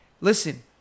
listen